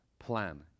plan